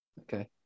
Okay